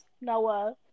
Noah